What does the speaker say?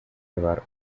llevar